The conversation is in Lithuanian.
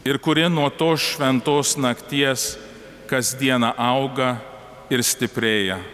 ir kuri nuo tos šventos nakties kasdieną auga ir stiprėja